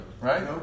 right